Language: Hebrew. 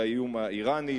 על האיום האירני,